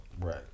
Right